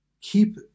keep